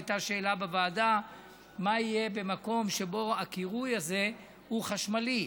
הייתה שאלה בוועדה: מה יהיה במקום שבו הקירוי הזה הוא חשמלי,